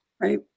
right